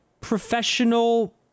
professional